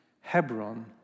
Hebron